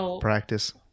practice